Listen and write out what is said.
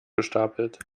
gestapelt